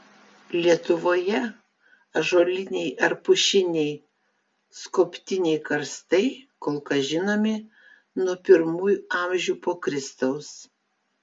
lietuvoje ąžuoliniai ar pušiniai skobtiniai karstai kol kas žinomi nuo pirmųjų amžių po kristaus